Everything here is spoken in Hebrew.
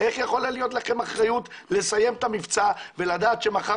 איך יכולה להיות לכם אחריות לסיים את המבצע ולדעת שמחר